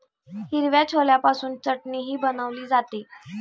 हिरव्या छोल्यापासून चटणीही बनवली जाते